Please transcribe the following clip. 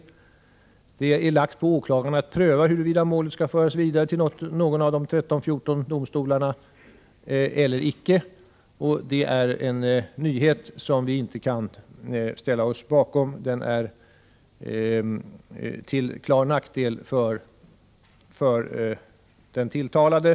Det föreslås att det läggs på åklagarna att pröva huruvida målet skall föras vidare till någon av de 13-14 domstolarna. Det är en nyhet som vi inte kan ställa oss bakom — den är till klar nackdel för den tilltalade.